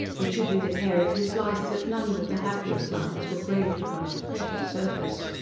it should be the care of his life that none but the happiest lines were graved upon its precious surface.